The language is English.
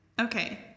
Okay